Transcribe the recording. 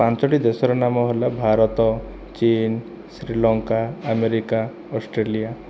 ପାଞ୍ଚୋଟି ଦେଶର ନାମ ହେଲା ଭାରତ ଚୀନ ଶ୍ରୀଲଙ୍କା ଆମେରିକା ଅଷ୍ଟ୍ରେଲିଆ